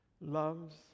loves